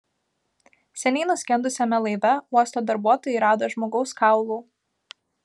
seniai nuskendusiame laive uosto darbuotojai rado žmogaus kaulų